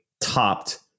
topped